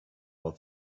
all